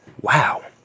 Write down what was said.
Wow